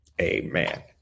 amen